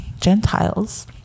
Gentiles